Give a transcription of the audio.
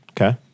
Okay